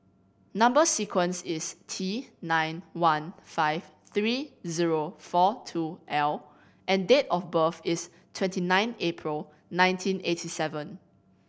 number sequence is T nine one five three zero four two L and date of birth is twenty nine April nineteen eighty seven